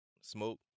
smoke